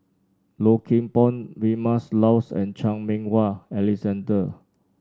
Low Kim Pong Vilma Laus and Chan Meng Wah Alexander